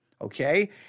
Okay